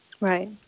Right